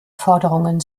forderungen